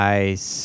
Nice